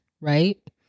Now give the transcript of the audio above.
right